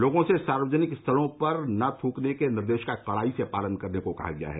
लोगों से सार्वजनिक स्थलों पर न थ्रकने के निर्देश का कड़ाई से पालन करने को भी कहा गया है